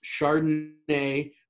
Chardonnay